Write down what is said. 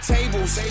Tables